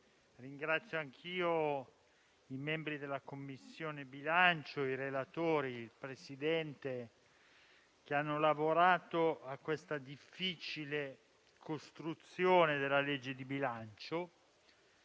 ringrazio anch'io i membri della Commissione bilancio, i relatori e il Presidente, che hanno lavorato alla difficile costruzione della legge di bilancio.